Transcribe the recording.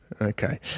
Okay